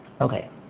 Okay